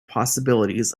possibilities